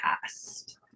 past